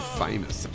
famous